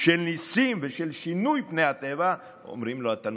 של ניסים ושל שינוי פני הטבע אומרים לו התלמידים: